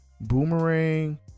Boomerang